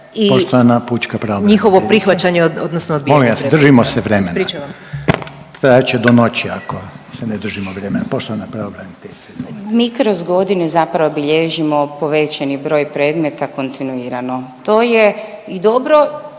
Poštovana pučka pravobraniteljice.